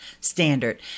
standard